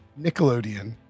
Nickelodeon